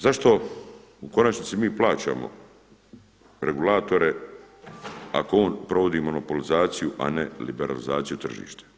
Zašto u konačnici mi plaćamo regulatore ako on provodi monopolizaciju, a ne liberalizaciju tržišta.